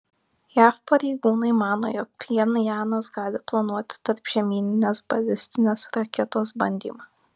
jav pareigūnai mano jog pchenjanas gali planuoti tarpžemyninės balistinės raketos bandymą